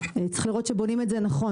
צריך לראות שבונים את זה נכון.